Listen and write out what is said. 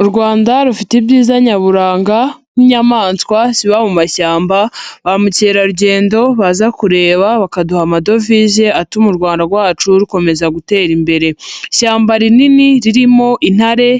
U Rwanda rufite ibyiza nyaburanga nk'inyamaswa ziba mu mashyamba ba mukerarugendo baza kureba bakaduha amadovize atuma u Rwanda rwacu rukomeza gutera imbere, ishyamba rinini ririmo intare,